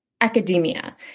academia